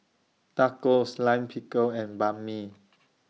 Tacos Lime Pickle and Banh MI